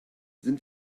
sind